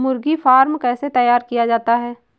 मुर्गी फार्म कैसे तैयार किया जाता है?